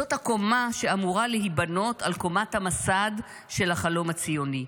זאת הקומה --- שאמורה להיבנות על קומת המסד של החלום הציוני.